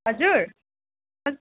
हजुर